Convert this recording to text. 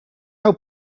how